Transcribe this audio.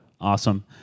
awesome